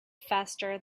faster